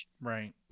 Right